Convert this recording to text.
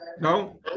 No